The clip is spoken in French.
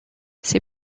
ces